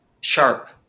sharp